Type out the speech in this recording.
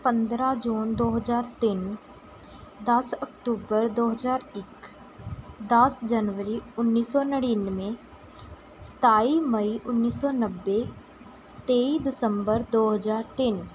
ਪੰਦਰ੍ਹਾਂ ਜੂਨ ਦੋ ਹਜ਼ਾਰ ਤਿੰਨ ਦਸ ਅਕਤੂਬਰ ਦੋ ਹਜ਼ਾਰ ਇੱਕ ਦਸ ਜਨਵਰੀ ਉੱਨੀ ਸੌ ਨੜਿਨਵੇਂ ਸਤਾਈ ਮਈ ਉੱਨੀ ਸੌ ਨੱਬੇ ਤੇਈ ਦਸੰਬਰ ਦੋ ਹਜ਼ਾਰ ਤਿੰਨ